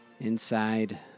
Inside